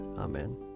Amen